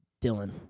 Dylan